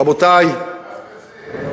רבותי, יש דבר כזה?